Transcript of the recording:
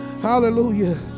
hallelujah